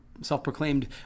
self-proclaimed